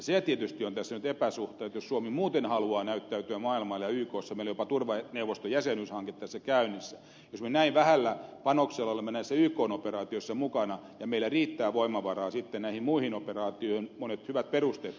se tietysti on tässä nyt epäsuhta jos suomi muuten haluaa näyttäytyä maailmalla ja ykssa meillä jopa turvaneuvoston jäsenyyshanke on tässä käynnissä ja jos me näin vähällä panoksella olemme näissä ykn operaatioissa mukana ja meillä riittää voimavaraa sitten näihin muihin operaatioihin monet hyvät perusteet tässä varmasti taustalla